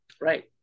Right